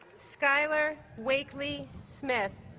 skylar wakelee smith